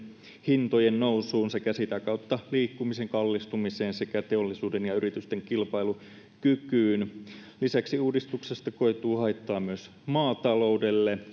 hintojen nousuun sekä sitä kautta liikkumisen kallistumiseen sekä teollisuuden ja yritysten kilpailukykyyn lisäksi uudistuksesta koituu haittaa myös maataloudelle